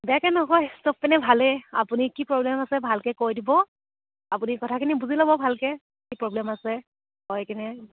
বেয়াকে নকয় চব পিনে ভালেই আপুনি কি প্ৰব্লেম আছে ভালকৈ কৈ দিব আপুনি কথাখিনি বুজি ল'ব ভালকৈ কি প্ৰব্লেম আছে কয় কিনে